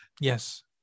yes